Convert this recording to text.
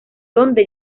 donde